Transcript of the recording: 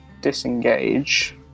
disengage